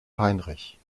heinrich